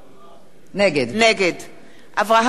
נגד אברהם דיכטר,